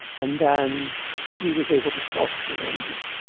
and then he was able to self-surrender